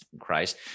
Christ